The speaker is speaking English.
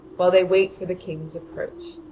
while they wait for the king's approach.